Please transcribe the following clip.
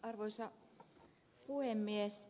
arvoisa puhemies